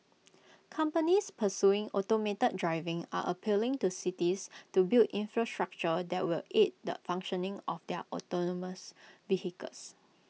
companies pursuing automated driving are appealing to cities to build infrastructure that will aid the functioning of their autonomous vehicles